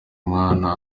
mwana